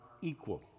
equal